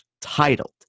titled